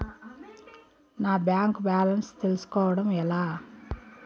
నా bank balance తెలుస్కోవడం ఎలా?